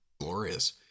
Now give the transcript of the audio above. Glorious